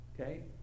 Okay